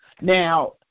Now